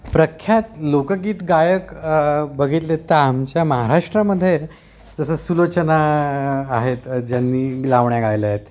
प्रख्यात लोकगीत गायक बघितले तर आमच्या महाराष्ट्रामध्ये जसं सुलोचना आहेत ज्यांनी लावण्या गायल्या आहेत